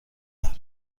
بروند